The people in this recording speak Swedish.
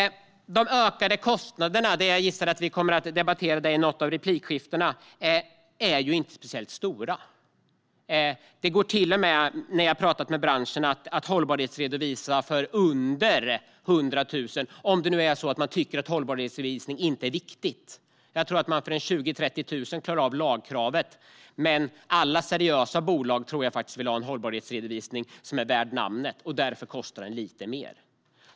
Jag gissar att vi i något av replikskiftena kommer att debattera de ökade kostnaderna, men dessa är inte speciellt stora. När jag har talat med branschen har jag fått reda på att det går att hållbarhetsredovisa för en kostnad på under 100 000, om man tycker att hållbarhetsredovisning inte är någonting viktigt. Jag tror att man klarar av lagkravet för 20 000-30 000. Men alla seriösa bolag vill nog ha en hållbarhetsredovisning som är värd namnet och därför får den kosta lite mer.